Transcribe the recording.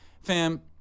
fam